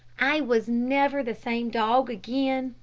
i was never the same dog again.